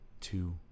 two